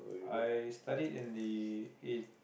I studied in the i~